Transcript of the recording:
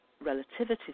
relativity